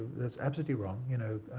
that's absolutely wrong. you know,